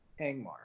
Angmar